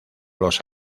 los